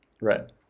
right